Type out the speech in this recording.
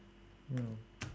ya